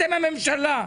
אתם הממשלה.